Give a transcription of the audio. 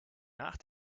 nach